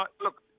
look